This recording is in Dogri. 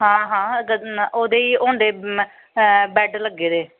आं ओह्दे ई होंदे बैड लग्गे दे